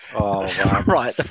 Right